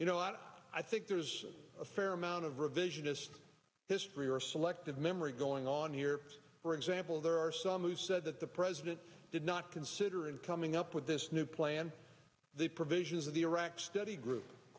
you know what i think there's a fair amount of revisionist history or selective memory going on here for example there are some who said that the president did not consider in coming up with this new plan the provisions of the iraq study group of